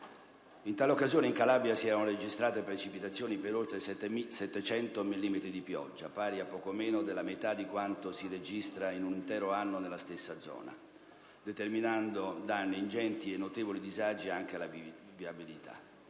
In tale occasione, in Calabria si erano registrate precipitazioni per oltre 700 millimetri di pioggia, pari a poco meno della metà di quanto si registra in un intero anno nella stessa zona, determinando danni ingenti e notevoli disagi anche alla viabilità.